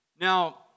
Now